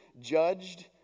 judged